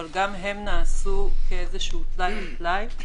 אבל גם הם נעשו כטלאי על טלאי ,